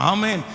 Amen